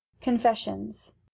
Confessions